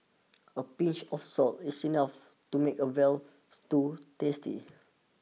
a pinch of salt is enough to make a Veal Stew tasty